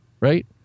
Right